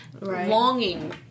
longing